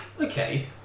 Okay